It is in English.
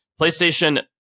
PlayStation